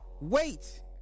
wait